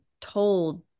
told